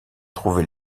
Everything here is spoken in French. trouver